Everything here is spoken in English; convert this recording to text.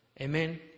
Amen